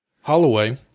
Holloway